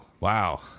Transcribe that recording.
wow